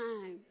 time